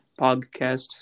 podcast